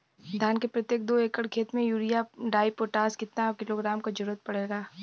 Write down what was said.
धान के प्रत्येक दो एकड़ खेत मे यूरिया डाईपोटाष कितना किलोग्राम क जरूरत पड़ेला?